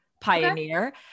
pioneer